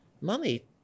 money